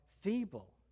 feeble